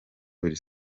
kabiri